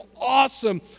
awesome